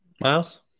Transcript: Miles